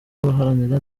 baharanira